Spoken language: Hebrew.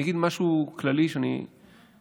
אני אגיד משהו כללי, שמתחבר